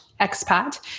expat